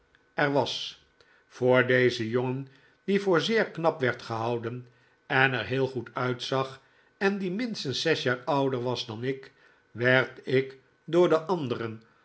er was voor dezen jongen die voor zeer knap werd gehouden en er heel goed uitzag en die minstens zes jaar ouder was dan ik werd ik door de anderen